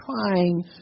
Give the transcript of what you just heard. trying